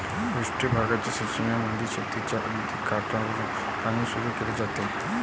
पृष्ठ भागाच्या सिंचनामध्ये शेताच्या अगदी काठावरुन पाणी सुरू केले जाते